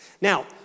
Now